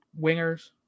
wingers